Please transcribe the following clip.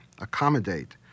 accommodate